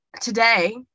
today